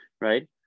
Right